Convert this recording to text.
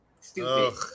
Stupid